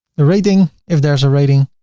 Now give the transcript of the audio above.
the rating if there is a rating,